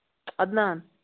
Adnan